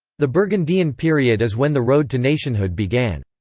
the burgundian period is when the road to nationhood began.